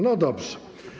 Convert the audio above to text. No dobrze.